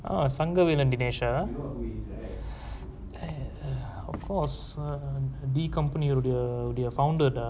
Sangavelan dinesh ah of course uh the company the their founder ah